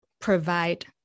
provide